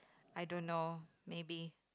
I don't know maybe